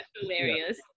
hilarious